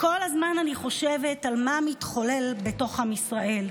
וכל הזמן אני חושבת על מה מתחולל בתוך עם ישראל,